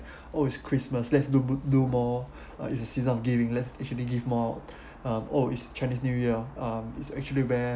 oh it's christmas let's do do more uh it's the season of giving let's it should be give more um oh is chinese new year um is actually where